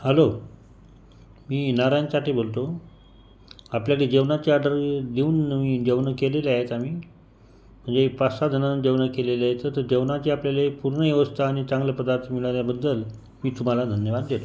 hello मी नारायन साठे बोलतो आपल्याकडे जेवणाची ऑर्डर देऊन जेवणं केलेले आहेत आम्ही म्हणजे पाच सहा जणं जणांची जेवणं केले आहेत तर जेवणाची पूर्ण व्यवस्था आणि चांगले पदार्थ मिळाल्याबद्दल मी तुम्हाला धन्यवाद देतो